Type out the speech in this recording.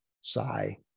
Sigh